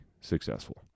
successful